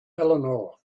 eleanor